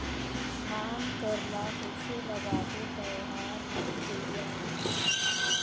धान कर ला कइसे लगाबो ता ओहार मान बेडिया होही?